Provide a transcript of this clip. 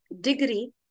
degree